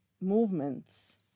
movements